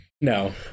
no